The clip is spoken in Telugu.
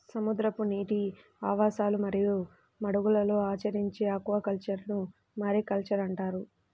సముద్రపు నీటి ఆవాసాలు మరియు మడుగులలో ఆచరించే ఆక్వాకల్చర్ను మారికల్చర్ అంటారు